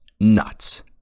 nuts